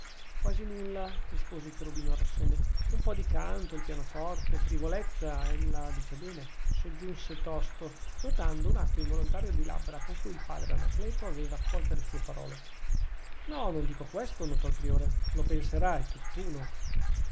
quasi nulla rispose il cherubino arrossendo un po di canto il pianoforte frivolezze ella dice bene soggiunse tosto notando un atto involontario di labbra con cui il padre anacleto aveva accolte le sue parole no non dico questo notò il priore lo penserà è tutt'uno